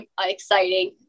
exciting